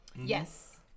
Yes